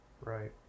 Right